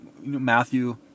Matthew